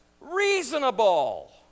Reasonable